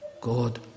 God